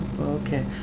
Okay